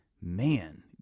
man